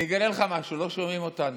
אני אגלה לך משהו, לא שומעים אותנו: